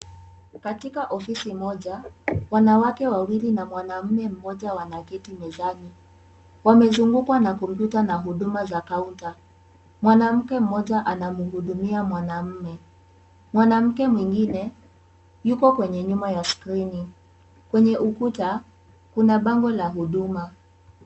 Katika ofisi moja, wanawake wawili na mwanaume mmoja wanaketi mezani. Wamezungukwa na komputa na huduma za kaunta. Mwanamke mmoja anamhudumia mwanaume. Mwanamke mwingine yuko kwenye nyuma ya skrini. Kwenye ukuta kuna bango la huduma.